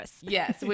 Yes